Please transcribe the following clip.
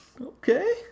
Okay